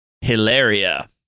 Hilaria